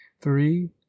Three